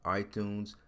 iTunes